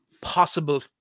possible